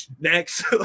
next